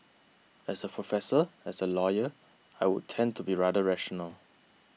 as a professor as a lawyer I would tend to be rather rational